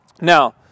Now